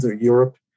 Europe